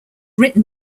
written